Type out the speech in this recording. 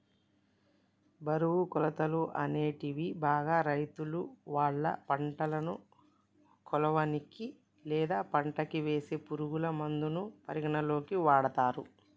బరువు, కొలతలు, అనేటివి బాగా రైతులువాళ్ళ పంటను కొలవనీకి, లేదా పంటకివేసే పురుగులమందుల పరిమాణాలలో వాడతరు